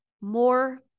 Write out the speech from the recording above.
more